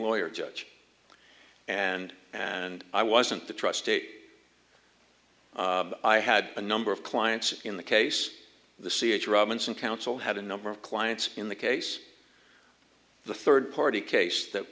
lawyer judge and and i wasn't the trust eight i had a number of clients in the case the c h robinson counsel had a number of clients in the case the third party case that